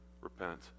repent